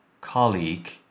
colleague